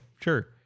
sure